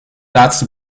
laatste